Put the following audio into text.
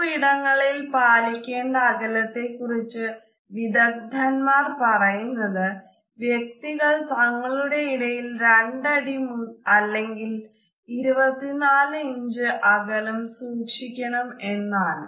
പൊതു ഇടങ്ങളിൽ പാലിക്കേണ്ട അകലത്തെ കുറിച്ച് വിദഗ്ധന്മാർ പറയുന്നത് വ്യക്തികൾ തങ്ങളുടെ ഇടയിൽ 2 അടി അല്ലെങ്കിൽ 24 ഇഞ്ച് അകലം സൂക്ഷിക്കണം എന്നാണ്